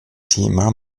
thema